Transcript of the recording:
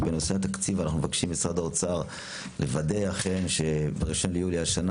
בנושא התקציב אנחנו מבקשים ממשרד האוצר לוודא אכן שב-1 ביולי השנה